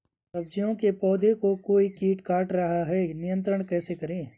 सब्जियों के पौधें को कोई कीट काट रहा है नियंत्रण कैसे करें?